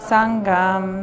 Sangam